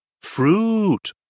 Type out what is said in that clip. Fruit